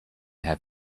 have